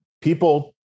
people